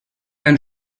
ein